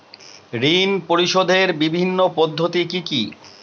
ঋণ পরিশোধের বিভিন্ন পদ্ধতি কি কি?